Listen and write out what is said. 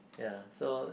ya so